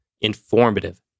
informative